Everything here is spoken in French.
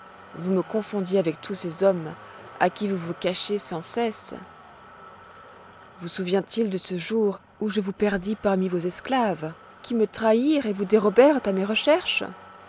vous me confondiez avec tous ces hommes à qui vous vous cachez sans cesse vous souvient-il de ce jour où je vous perdis parmi vos esclaves qui me trahirent et vous dérobèrent à mes recherches